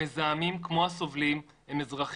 המזהמים כמו הסובלים הם אזרחים.